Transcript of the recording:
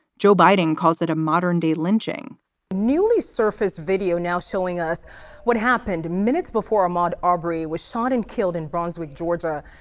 joe buiding calls it a modern day lynching newly surfaced video now showing us what happened minutes before a mod aubrey was shot and killed in brunswick, georgia.